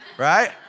right